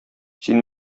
син